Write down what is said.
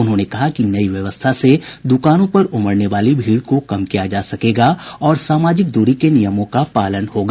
उन्होंने कहा कि नयी व्यवस्था से दुकानों पर उमड़ने वाली भीड़ को कम किया जा सकेगा और सामाजिक दूरी के नियमों का पालन होगा